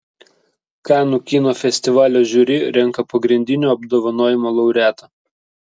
kanų kino festivalio žiuri renka pagrindinio apdovanojimo laureatą